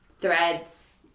Threads